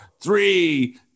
three